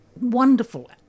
wonderful